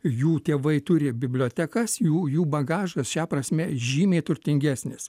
jų tėvai turi bibliotekas jų jų bagažas šia prasme žymiai turtingesnis